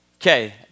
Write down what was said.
Okay